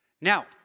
Now